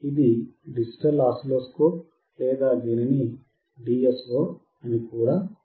ఇది digital oscilloscope లేదా దీనిని DSO అని కూడా పిలుస్తారు